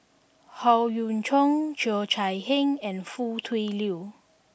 Howe Yoon Chong Cheo Chai Hiang and Foo Tui Liew